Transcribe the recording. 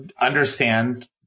understand